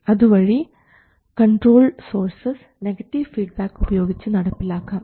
അതുവഴി control sources negative feedback ഉപയോഗിച്ച് നടപ്പിലാക്കാം